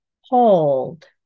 hold